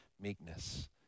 meekness